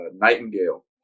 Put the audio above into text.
Nightingale